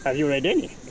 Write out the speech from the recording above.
ah you read any?